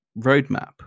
roadmap